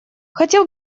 хотел